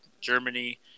Germany